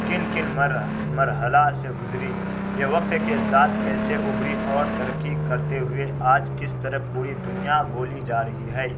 کن کن مر مرحلہ سے گزری یہ وقت کے ساتھ کیسے ابھری اور ترقی کرتے ہوئے آج کس طرح پوری دنیا بولی جا رہی ہے